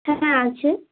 হ্যাঁ হ্যাঁ আছে